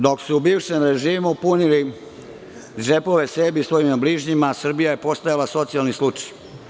Dok su bivšem režimu punili cepove sebi i svojim bližnjima, Srbija je postajala socijalni slučaj.